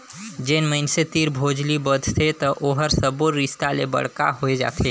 जेन मइनसे तीर भोजली बदथे त ओहर सब्बो रिस्ता ले बड़का होए जाथे